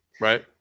right